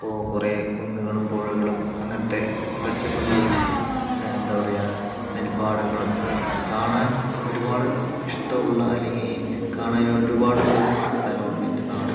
അപ്പോൾ കുറേ കുന്നുകളും പുഴകളും അങ്ങനത്തെ പച്ചപ്പും നിറഞ്ഞ എന്താ പറയുക നെൽപ്പാടങ്ങളും കാണാൻ ഒരുപാട് ഇഷ്ടമുള്ള അല്ലങ്കിൽ കാണാൻ ഒരുപാടുള്ളൊരു സ്ഥലമാണ് എൻ്റെ നാട്